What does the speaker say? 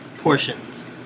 portions